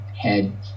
Head